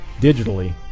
digitally